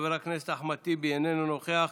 חבר הכנסת אחמד טיבי, איננו נוכח.